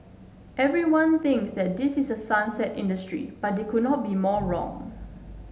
everyone thinks this is a sunset industry but they could not be more wrong